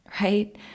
right